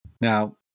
Now